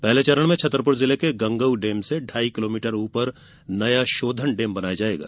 पहले चरण में छतरपुर जिले के गंगऊ डेम से ढाई किलोमीटर ऊपर नया शोधन डेम बनाया जायेगा